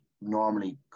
normally